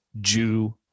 Jew